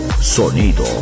sonido